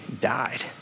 died